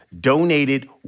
donated